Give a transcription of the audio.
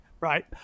right